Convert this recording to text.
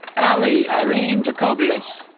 allie irene jacobius